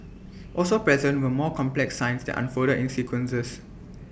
also present were more complex signs that unfolded in sequences